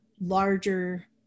larger